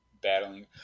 battling